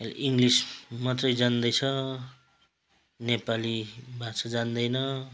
English मात्रै जान्दछ नेपाली भाषा जान्दैन